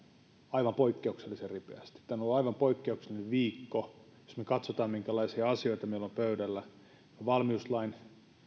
aivan poikkeuksellisen ripeästi tämä on ollut aivan poikkeuksellinen viikko jos me katsomme minkälaisia asioita meillä on pöydällä ja valmiuslain